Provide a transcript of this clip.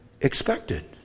expected